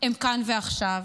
הם כאן ועכשיו.